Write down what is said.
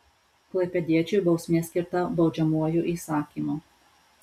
klaipėdiečiui bausmė skirta baudžiamuoju įsakymu